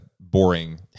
boring